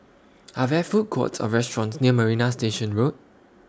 Are There Food Courts Or restaurants near Marina Station Road